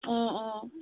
অঁ অঁ